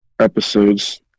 episodes